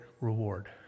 reward